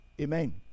Amen